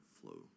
flow